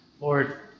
Lord